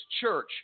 church